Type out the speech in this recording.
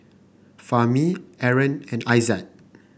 Fahmi Aaron and Aizat